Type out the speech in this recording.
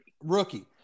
rookie